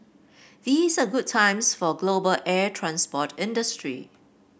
these are good times for global air transport industry